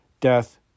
death